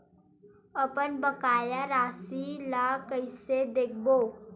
अपन बकाया राशि ला कइसे देखबो?